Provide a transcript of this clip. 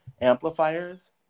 amplifiers